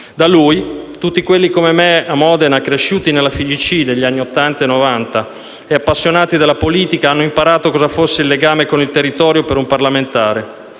Da lui, tutti quelli come me, cresciuti a Modena nella FGCI degli anni Ottanta e Novanta e appassionati della politica, hanno imparato cosa fosse il legame con il territorio per un parlamentare: